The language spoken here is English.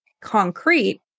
concrete